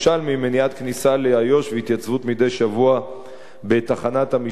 מניעת כניסה לאיו"ש והתייצבות מדי שבוע בתחנת המשטרה.